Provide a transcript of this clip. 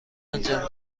انجام